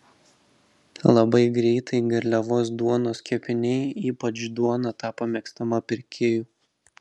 labai greitai garliavos duonos kepiniai ypač duona tapo mėgstama pirkėjų